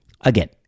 Again